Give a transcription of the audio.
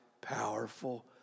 powerful